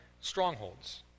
strongholds